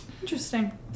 Interesting